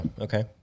Okay